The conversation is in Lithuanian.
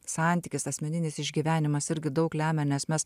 santykis asmeninis išgyvenimas irgi daug lemia nes mes